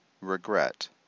regret